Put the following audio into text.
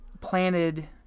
planted